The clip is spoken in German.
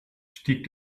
stieg